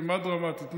כמעט דרמטית,